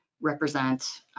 represent